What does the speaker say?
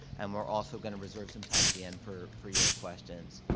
and we're also gonna reserve some time at the end for for your questions.